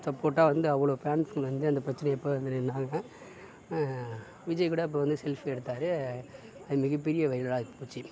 சப்போர்ட்டாக வந்து அவ்வளவு ஃபேன்ஸ் வந்து அந்த பிரச்சனையப்போ வந்து நின்றாங்க விஜய் கூட அப்போ வந்து செல்பி எடுத்தார் அது மிகப் பெரிய வைரலாக ஆகிப்போச்சு